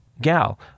gal